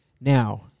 Now